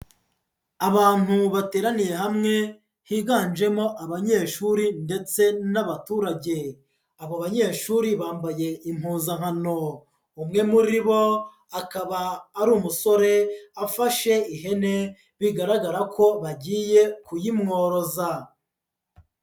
Abantu bateraniye hamwe, higanjemo abanyeshuri ndetse n'abaturage. Abo banyeshuri bambaye impuzankano, umwe muri bo akaba ari umusore afashe ihene bigaragara ko bagiye kuyimworoza.